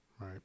right